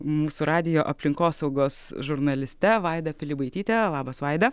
mūsų radijo aplinkosaugos žurnaliste vaida pilibaitytė labas vaida